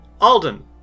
Alden